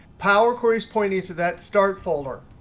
power query's pointing to that start folder.